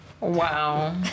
Wow